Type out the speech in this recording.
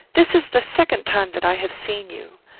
this is the second time that i have seen you.